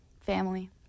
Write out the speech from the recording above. family